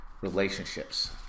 relationships